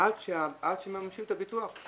עד שמממשים את הביטוח,